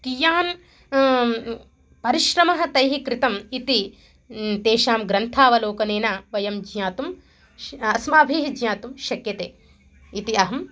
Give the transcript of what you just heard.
कियान् परिश्रमः तैः कृतः इति तेषां ग्रन्थावलोकनेन वयं ज्ञातुं श् अस्माभिः ज्ञातुं शक्यते इति अहं